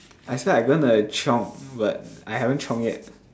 I say I going to like chiong but I haven't chiong yet